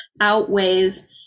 outweighs